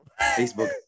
Facebook